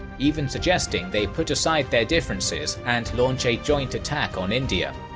even suggesting they put aside their differences and launch a joint attack on india.